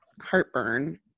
*Heartburn*